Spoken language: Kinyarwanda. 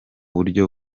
buryo